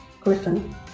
Griffin